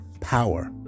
power